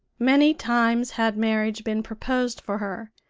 many times had marriage been proposed for her,